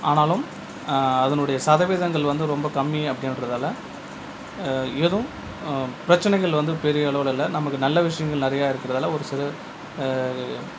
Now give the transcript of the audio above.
ஆனாலும் அதனுடைய சதவீதங்கள் வந்து ரொம்ப கம்மி அப்படின்றதால எதும் பிரச்சினைகள் வந்து பெரியளவில் இல்லை நமக்கு நல்ல விஷயங்கள் நிறையா இருக்கிறதால் ஒரு சில